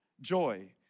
joy